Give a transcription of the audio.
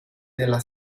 della